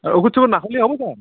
sir ঔষধ চৌষধ নাখালে হ'ব ছাৰ